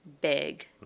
big